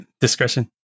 discretion